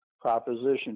proposition